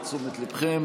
לתשומת ליבכם.